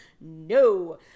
no